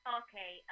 okay